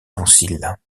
conciles